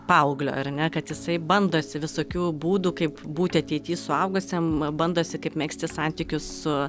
paauglio ar ne kad jisai bandosi visokių būdų kaip būti ateity suaugusiam bandosi kaip megzti santykius su